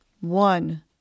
One